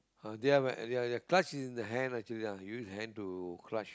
ah they have uh their clutch is in the hand actually lah use hand to clutch